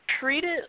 treated